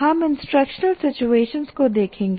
हम instructional situations को देखेंगे